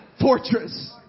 fortress